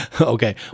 Okay